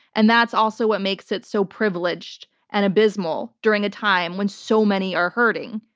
and that's also what makes it so privileged and abysmal during a time when so many are hurting,